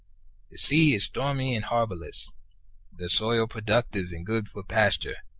sea is stormy and harbourless the soil productive and good for pasture,